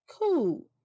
Cool